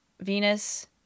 Venus